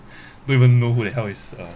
don't even know who the hell is uh